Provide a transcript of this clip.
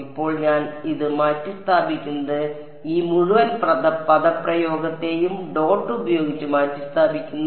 ഇപ്പോൾ ഞാൻ ഇത് മാറ്റിസ്ഥാപിക്കുന്നത് ഈ മുഴുവൻ പദപ്രയോഗത്തെയും ഡോട്ട് ഉപയോഗിച്ച് മാറ്റിസ്ഥാപിക്കുന്നു